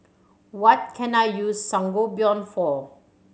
what can I use Sangobion for